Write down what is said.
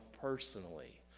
personally